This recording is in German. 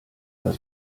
das